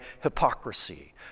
hypocrisy